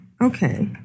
okay